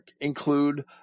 include